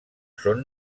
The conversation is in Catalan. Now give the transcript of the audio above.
són